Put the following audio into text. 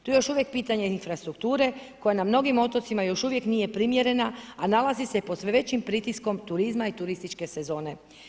Tu je još uvijek pitanje infrastrukture koja na mnogim otocima još uvijek nije primjerena a nalazi pod sve većim pritiskom turizma i turističke sezona.